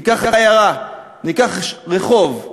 ניקח עיירה, ניקח רחוב.